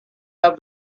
have